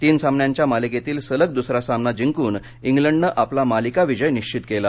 तीन सामन्यांच्या मालिकेतील सलग द्सरा सामना जिंकून इंग्लंडनं आपला मालिका विजय निश्वित केला